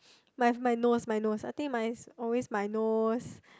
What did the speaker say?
my n~ my nose my nose I think my always my nose